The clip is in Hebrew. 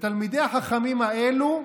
ותלמידי החכמים האלה,